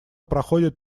проходят